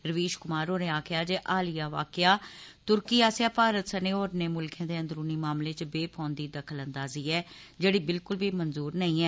रवीश कुमार होरें आक्खेआ जे हालिया वाकेया तुर्की आस्सेआ भारत सने होरने मुल्खें दे अंदरुनी मामलें च बेफौन्दी दखल अंदाज़ी ऐ जेहड़ी बिलकुल बी मंजूर नेई ऐ